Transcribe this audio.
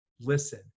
Listen